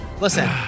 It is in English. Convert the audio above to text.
listen